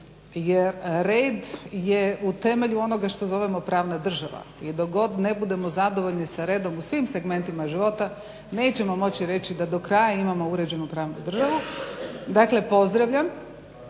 red je u temelju onoga što zovemo pravna država i dok god ne budemo zadovoljni sa redom u svim segmentima života nećemo moći reći da do kraja imamo uređenu pravnu državu. Dakle pozdravljam,